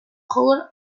color